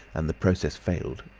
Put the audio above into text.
and the process failed.